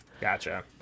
Gotcha